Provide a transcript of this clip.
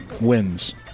wins